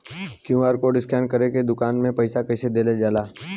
QR code scan करके दुकान में पईसा कइसे देल जाला?